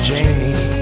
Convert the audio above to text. Jamie